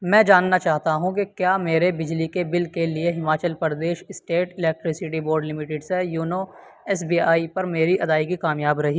میں جاننا چاہتا ہوں کہ کیا میرے بجلی کے بل کے لیے Himachal Pradesh state electricity board limited سے یونو ایس بی آئی پر میری ادائیگی کامیاب رہی